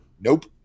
nope